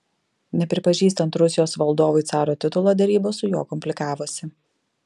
nepripažįstant rusijos valdovui caro titulo derybos su juo komplikavosi